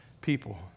people